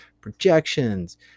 projections